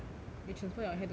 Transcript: you transfer your hair to my hair